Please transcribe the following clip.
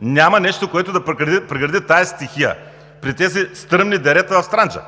Няма нещо, което да прегради тази стихия при тези стръмни дерета в Странджа.